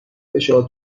فشار